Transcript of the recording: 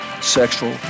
sexual